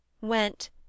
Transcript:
went